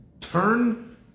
turn